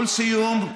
ולסיום,